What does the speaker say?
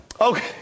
Okay